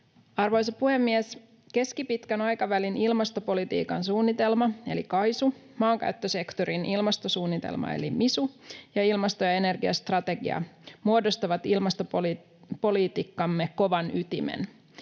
Arvoisa puhemies! Keskipitkän aikavälin ilmastopolitiikan suunnitelma eli KAISU, maankäyttösektorin ilmastosuunnitelma eli MISU sekä ilmasto- ja energiastrategia muodostavat ilmastopolitiikkamme kovan ytimen.